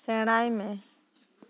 ᱥᱮᱬᱟᱭ ᱢᱮ